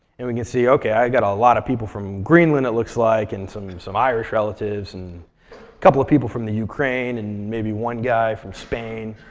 and we can see, ok, i've got a lot of people from greenland, it looks like, and some and some irish relatives, and a couple of people from the ukraine, and maybe one guy from spain.